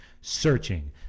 searching